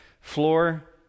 floor